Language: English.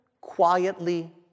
quietly